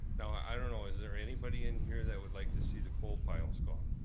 now i don't know, is there anybody in here that would like to see the coal piles gone?